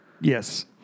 Yes